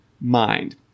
mind